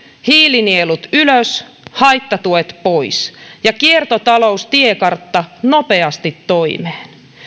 hiilinielut ylös haittatuet pois ja kiertotaloustiekartta nopeasti toimeen